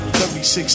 36